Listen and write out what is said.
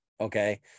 okay